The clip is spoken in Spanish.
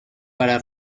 para